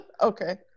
Okay